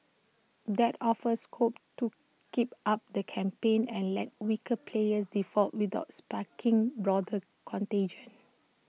that offers scope to keep up the campaign and let weaker players default without sparking broader contagion